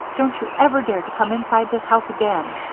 don't you ever dare to come inside this house again!